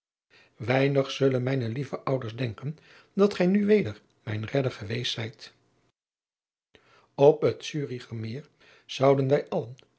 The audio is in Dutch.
einig zullen mijne lieve ouders denken dat gij nu weder mijn redder geweest zijt p het uricher meer zouden wij allen